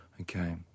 Okay